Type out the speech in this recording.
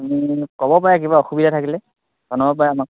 ক'ব পাৰে কিবা অসুবিধা থাকিলে জনাব পাৰে আমাক